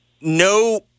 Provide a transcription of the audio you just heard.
no